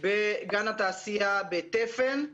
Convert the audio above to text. בגן התעשייה בתפן.